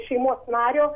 šeimos nario